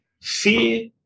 fear